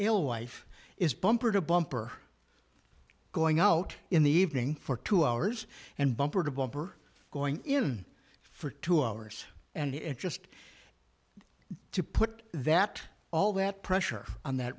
wife is bumper to bumper going out in the evening for two hours and bumper to bumper going in for two hours and just to put that all that pressure on that